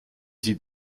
sie